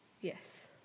Yes